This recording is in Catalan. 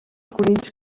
conills